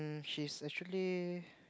um she's actually